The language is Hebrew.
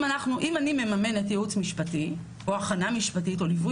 אם אני מממנת ייעוץ משפטי או הכנה משפטית או ליווי